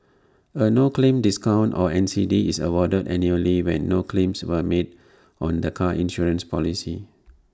A no claim discount or N C D is awarded annually when no claims were made on the car insurance policy